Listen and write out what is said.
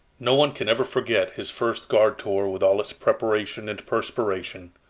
no one can ever forget his first guard tour with all its preparation and perspiration.